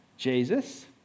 Jesus